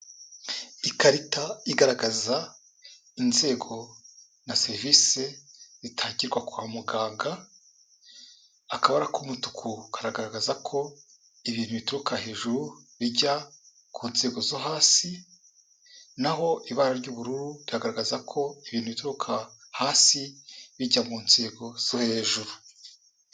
Ikarita igaragaza inzego na serivise bitangirwa kwa muganga, akabara k'umutuku kagaragaza ko ibintu bituruka hejuru bijya ku nzego zo hasi, na ho ibara ry'ubururu riragaragaza ko ibintu bituruka hasi bijya mu nzego zo hejuru.